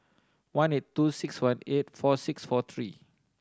one eight two six one eight four six four three